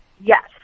yes